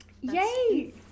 yay